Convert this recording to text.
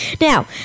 Now